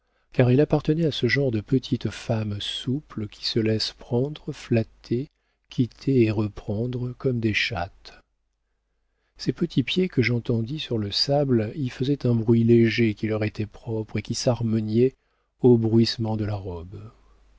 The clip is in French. car elle appartenait à ce genre de petites femmes souples qui se laissent prendre flatter quitter et reprendre comme des chattes ses petits pieds que j'entendis sur le sable y faisaient un bruit léger qui leur était propre et qui s'harmoniait au bruissement de la robe